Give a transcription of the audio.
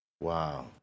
Wow